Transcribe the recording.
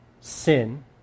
sin